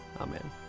Amen